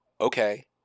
okay